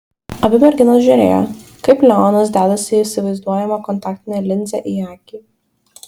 abi merginos žiūrėjo kaip leonas dedasi įsivaizduojamą kontaktinę linzę į akį